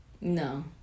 no